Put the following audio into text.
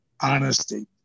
honesty